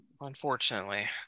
Unfortunately